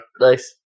Nice